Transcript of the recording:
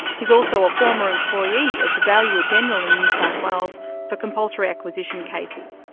he's also a former employee of the valuer-general in new south wales for compulsory acquisition cases.